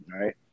right